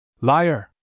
liar